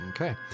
Okay